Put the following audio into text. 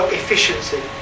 efficiency